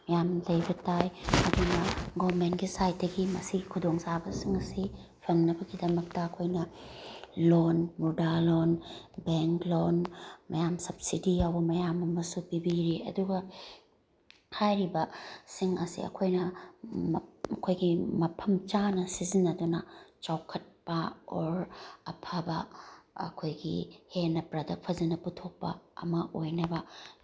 ꯌꯥꯝ ꯂꯩꯕ ꯇꯥꯏ ꯑꯗꯨꯅ ꯒꯣꯃꯦꯟꯒꯤ ꯁꯥꯏꯠꯇꯒꯤ ꯃꯁꯤꯒꯤ ꯈꯨꯗꯣꯡꯆꯥꯕꯁꯤꯡ ꯑꯁꯤ ꯐꯪꯅꯕꯒꯤꯗꯃꯛꯇ ꯑꯩꯈꯣꯏꯅ ꯂꯣꯟ ꯃꯨꯔꯗꯥ ꯂꯣꯟ ꯕꯦꯡ ꯂꯣꯟ ꯃꯌꯥꯝ ꯁꯕꯖꯤꯗꯤ ꯌꯥꯎꯕ ꯃꯌꯥꯝ ꯑꯃꯁꯨ ꯄꯤꯕꯤꯔꯤ ꯑꯗꯨꯒ ꯍꯥꯏꯔꯤꯕ ꯁꯤꯡ ꯑꯁꯤ ꯑꯩꯈꯣꯏꯅ ꯑꯩꯈꯣꯏꯒꯤ ꯃꯐꯝ ꯆꯥꯅ ꯁꯤꯖꯤꯟꯅꯗꯨꯅ ꯆꯥꯎꯈꯠꯄ ꯑꯣꯔ ꯑꯐꯕ ꯑꯩꯈꯣꯏꯒꯤ ꯍꯦꯟꯅ ꯄ꯭ꯔꯗꯛ ꯐꯖꯅ ꯄꯨꯊꯣꯛꯄ ꯑꯃ ꯑꯣꯏꯅꯕ